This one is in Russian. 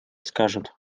скажут